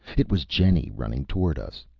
it was jenny, running toward us.